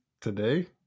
Today